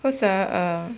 because ah err